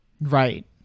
Right